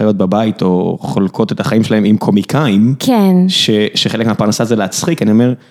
חיות בבית או חולקות את החיים שלהם עם קומיקאים. כן. שחלק מהפרנסה זה להצחיק, אני אומר.